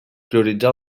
prioritza